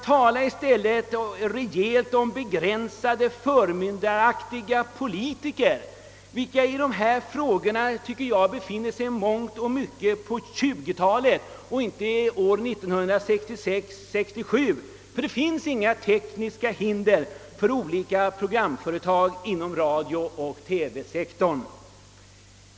Tala i stället om begränsade förmyndaraktiga politiker, vilka i dessa frågor i mångt och mycket befinner sig kvar på 1920-talet och inte hunnit fram till år 1966—1967! Det finns inga tekniska hinder för olika programföretag inom radiooch TV-sektorn.